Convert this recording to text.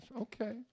Okay